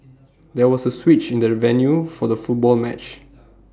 there was A switch in the venue for the football match